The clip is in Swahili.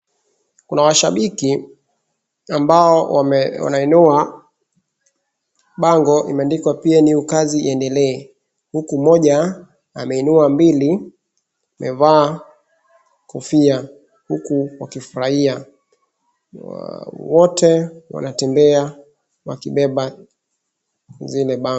Kuna washabiki ambao wanainua bango imeandikwa PNU kazi iendelee. Huku mmoja ameinua mbili, amevaa kofia huku wakifurahia. Wote wanatembea wakibeba zile bango.